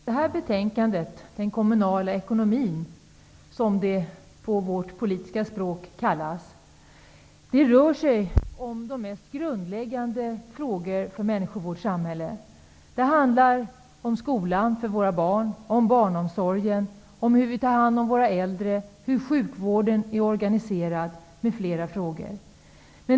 Herr talman! Detta betänkande om den kommunala ekonomin -- som det kallas för på vårt politiska språk -- berör de mest grundläggande frågorna för människorna i vårt samhälle. Det handlar om skolan, barnomsorgen, om hur vi tar hand om våra äldre, hur sjukvården är organiserad osv.